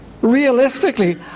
Realistically